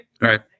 Right